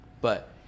But-